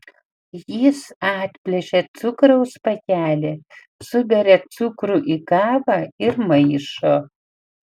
jis atplėšia cukraus pakelį suberia cukrų į kavą ir maišo